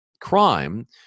crime—